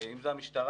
אם זה המשטרה,